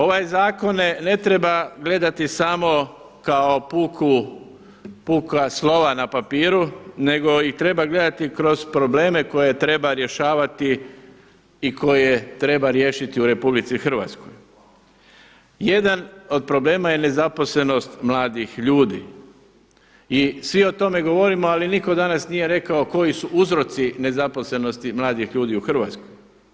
Ove zakone ne treba gledati samo kao puka slova na papiru nego ih treba gledati kroz probleme koje treba rješavati i koje treba riješiti u RH, jedan od problema je nezaposlenost mladih ljudi i svi o tome govorimo ali nitko danas nije rekao koji su uzroci nezaposlenosti mladih ljudi u Hrvatskoj.